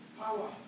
power